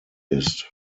ist